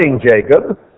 Jacob